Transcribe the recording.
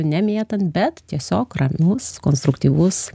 ne mėtant bet tiesiog ramus konstruktyvus